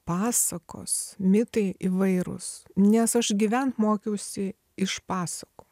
pasakos mitai įvairūs nes aš gyvent mokiausi iš pasakų